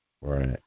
Right